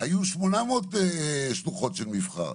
היו 800 שלוחות של מבח"ר,